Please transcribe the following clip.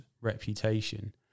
reputation